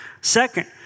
second